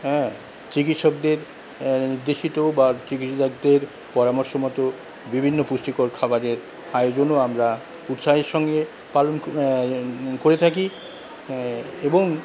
হ্যাঁ চিকিৎসকদের উদ্দেশিত বা চিকিৎসকদের পরামর্শ মতো বিভিন্ন পুষ্টিকর খাবারের আয়োজনও আমরা উৎসাহের সঙ্গে পালন করে থাকি এবং